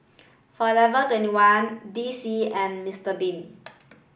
Forever Twenty one D C and Mister Bean